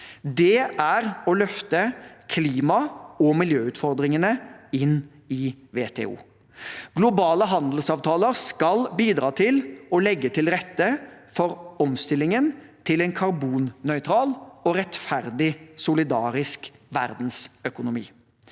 er å løfte klima- og miljøutfordringene inn i WTO. Globale handelsavtaler skal bidra til å legge til rette for omstillingen til en karbonnøytral og rettferdig, solidarisk verdensøkonomi.